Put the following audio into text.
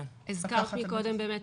הזכרת קודם באמת,